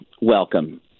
welcome